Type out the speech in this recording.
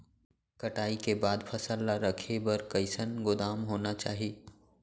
कटाई के बाद फसल ला रखे बर कईसन गोदाम होना चाही?